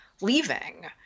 leaving